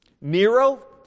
Nero